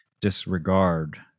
disregard